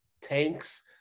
tanks